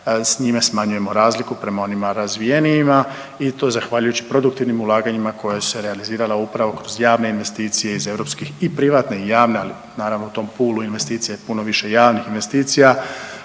s njime smanjujemo razliku prema onima razvijenijima i to zahvaljujući produktivnim ulaganjima koja su se realizirala upravo kroz javne investicije iz europskih i privatne i javna, ali naravno u tom pool-u investicija je puno više javnih investicija